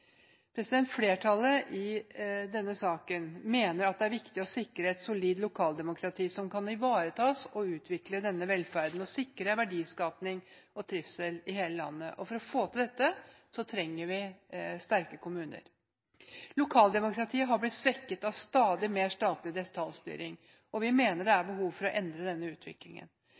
Flertallet mener det er viktig å sikre et solid lokaldemokrati som kan ivareta og utvikle denne velferden og sikre verdiskaping og trivsel. For å få til dette trenger vi sterke kommuner. Lokaldemokratiet har blitt svekket av stadig mer statlig detaljstyring, og vi mener det er behov for å endre denne utviklingen.